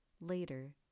Later